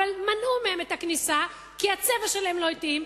אבל מנעו מהן את הכניסה כי הצבע שלהן לא התאים,